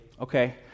okay